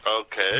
Okay